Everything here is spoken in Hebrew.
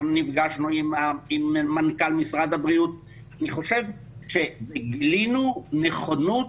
אנחנו נפגשנו עם מנכ"ל משרד הבריאות ואני חושב שגילינו נכונות,